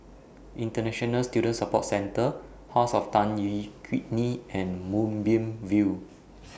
International Student Support Centre House of Tan Yeok Nee and Moonbeam View